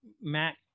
Matt